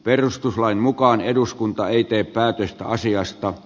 perustuslain mukaan eduskunta ei tee päätöstä asiasta